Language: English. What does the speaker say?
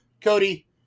Cody